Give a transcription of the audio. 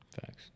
Facts